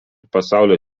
pasaulio